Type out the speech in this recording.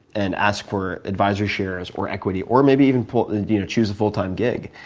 and ask for advisory shares or equity, or maybe even pull you know, choose a full time gig,